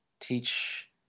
teach